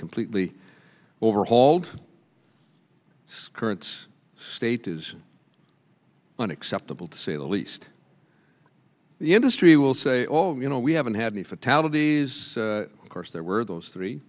completely overhauled current state is unacceptable to say the least the industry will say oh you know we haven't had any fatalities of course there were those three